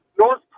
North